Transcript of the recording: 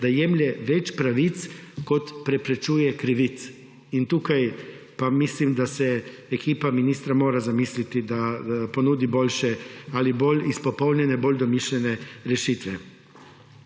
da jemlje več pravic, kot preprečuje krivic. In tukaj pa mislim, da se ekipa ministra mora zamisliti, da ponudi boljše ali bolj izpopolnjene, bolj domišljene rešitve.